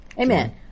Amen